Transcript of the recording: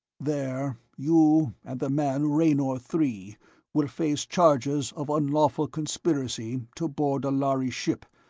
there you and the man raynor three will face charges of unlawful conspiracy to board a lhari ship,